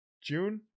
june